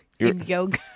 Yoga